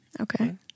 Okay